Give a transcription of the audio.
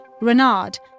Renard